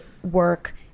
work